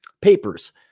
papers